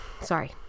Sorry